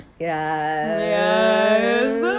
yes